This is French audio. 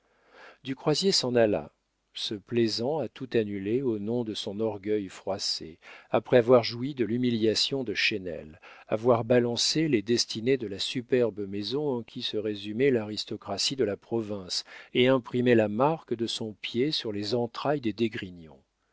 du croisier s'en alla se plaisant à tout annuler au nom de son orgueil froissé après avoir joui de l'humiliation de chesnel avoir balancé les destinées de la superbe maison en qui se résumait l'aristocratie de la province et imprimé la marque de son pied sur les entrailles des d'esgrignon